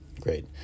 great